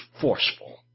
forceful